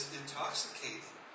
intoxicating